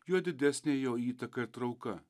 juo didesnė jo įtaka ir trauka